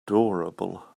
adorable